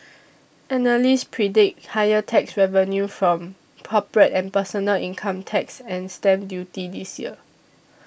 analysts predict higher tax revenue from corporate and personal income tax and stamp duty this year